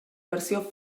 versió